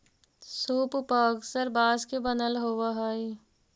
सूप पअक्सर बाँस के बनल होवऽ हई